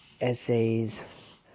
essays